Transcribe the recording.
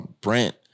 Brent